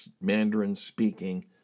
Mandarin-speaking